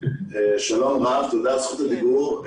שלום רב, תודה על זכות הדיבור.